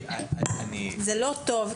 זה לא טוב,